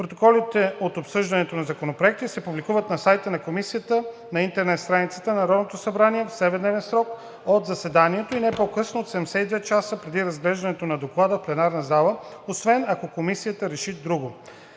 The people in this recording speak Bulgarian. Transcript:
Протоколите от обсъждането на законопроекти се публикуват на сайта на комисията на интернет страницата на Народното събрание в 7-дневен срок от заседанието и не по-късно от 72 часа преди разглеждането на доклада в пленарна зала, освен ако комисията реши друго.